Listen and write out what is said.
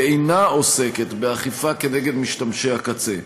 ואינה עוסקת באכיפה נגד משתמשי הקצה.